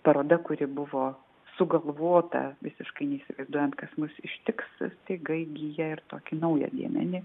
paroda kuri buvo sugalvota visiškai neįsivaizduojant kas mus ištiks staiga įgyja ir tokį naują dėmenį